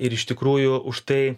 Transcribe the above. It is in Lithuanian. ir iš tikrųjų už tai